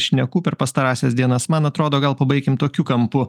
šnekų per pastarąsias dienas man atrodo gal pabaikim tokiu kampu